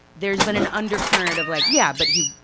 there's been an undercurrent of like yeah, but he